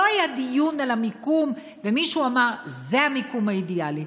לא היה דיון על המיקום ומישהו אמר: זה המיקום האידיאלי.